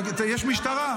יש משטרה.